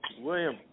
William